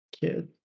kid